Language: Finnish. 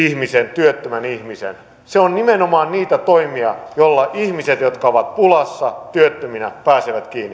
työttömän ihmisen se on nimenomaan niitä toimia joilla ihmiset jotka ovat pulassa työttöminä pääsevät kiinni